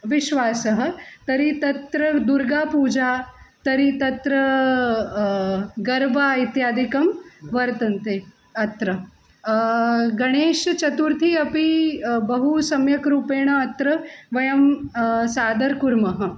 विश्वासः तर्हि तत्र दुर्गापूजा तर्हि तत्र गर्बा इत्यादिकं वर्तन्ते अत्र गणेशचतुर्थी अपि बहू सम्यक्रूपेण अत्र वयं साधरं कुर्मः